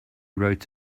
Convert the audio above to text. wrote